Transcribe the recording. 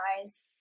eyes